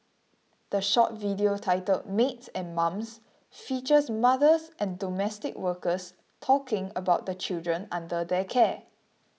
the short video titled Maids and Mums features mothers and domestic workers talking about the children under their care